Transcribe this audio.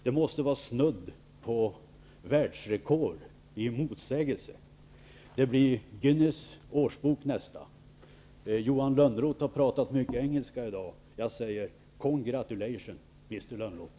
Det måste vara snudd på världsrekord när det gäller att vara motsägelsefull. Nästa etapp blir Guiness Årsbok. Johan Lönnroth har talat mycket engelska i dag. Jag säger: Congratulations, Mr. Lönnroth!